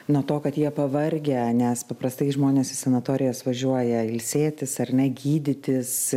nuo to kad jie pavargę nes paprastai žmonės į sanatorijas važiuoja ilsėtis ar ne gydytis